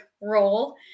role